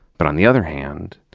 but on the other hand,